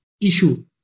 issue